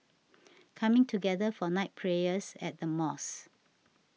coming together for night prayers at the mosque